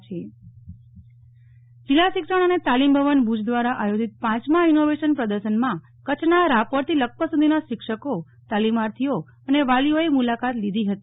જીલ્લા માં નેહલ ઠક્કર જિલ્લા શિક્ષણ અને તાલીમ ભવન ભુજ દ્વારા આયોજિત પાંચમા ઇનોવેશન પ્રદર્શનમાં કચ્છના રાપરથી લખપત સુધીના શિક્ષકો તાલીમાર્થીઓ અને વાલીઓએ મુલાકાત લીધી ફતી